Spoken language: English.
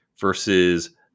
versus